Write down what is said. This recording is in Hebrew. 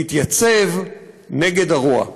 להתייצב נגד הרוע,